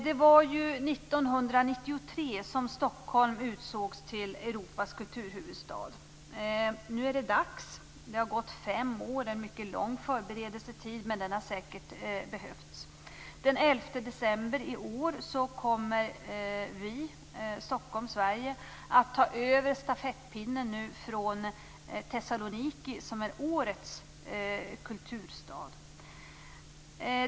Det var, som nämnts, 1993 som Stockholm utsågs till Europas kulturhuvudstad 1998. Nu är det dags. Det har gått fem år, en mycket lång föreberedelsetid, som dock säkerligen har behövts. Den 11 december i år kommer Stockholm-Sverige att ta över stafettpinnen från Thessaloniki, som är årets kulturstad.